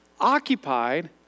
occupied